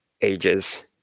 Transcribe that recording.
ages